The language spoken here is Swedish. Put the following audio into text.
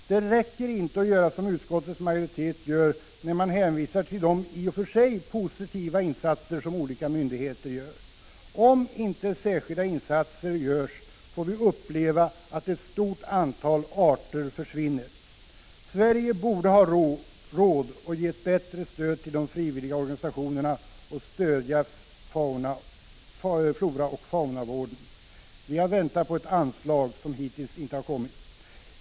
Det räcker inte att göra som utskottsmajoriteten gör, att hänvisa till de i och för sig positiva insatser som olika myndigheter gör. Om inte särskilda insatser görs, får vi uppleva att ett stort antal arter försvinner. Sverige borde ha råd att ge ett bättre stöd till de frivilliga organisationerna när det gäller att stödja floraoch faunavården. Vi väntar på ett sådant anslag som hittills inte har kommit.